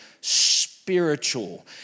spiritual